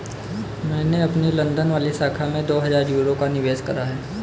मैंने अपनी लंदन वाली शाखा में दो हजार यूरो का निवेश करा है